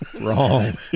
wrong